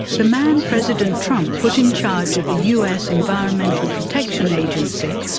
the man president trump put in charge of the us environmental protection agency,